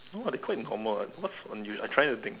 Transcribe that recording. no lah quite normal what's unusual I trying to think